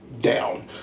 down